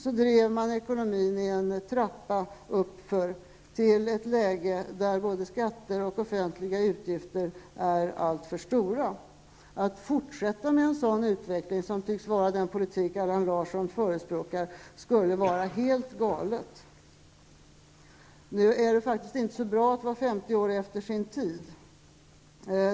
Så drev man ekonomin uppåt i en trappa, till ett läge där både skatter och offentliga utgifter är alltför höga. Att fortsätta med en sådan utveckling, som tycks vara den politik som Allan Larsson förespråkar, skulle vara helt galet. Det är inte så bra att vara 50 år efter sin tid.